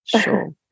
Sure